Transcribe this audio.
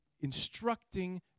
instructing